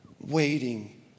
waiting